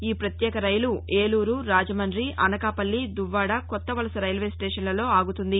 ఈ పత్యేక రైలు ఏలూరు రాజమండి అనకాపల్లి దువ్వాడ కొత్తవలస రైల్వేస్టేషన్లలో ఆగుతుంది